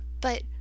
But—